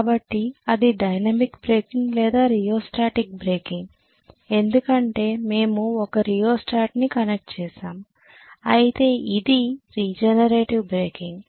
కాబట్టి అది dynamic braking లేదా రియోస్టాటిక్ బ్రేకింగ్ ఎందుకంటే మేము ఒక రియోస్టాట్ను కనెక్ట్ చేసాము అయితే ఇది రీజనరేటివ్ బ్రేకింగ్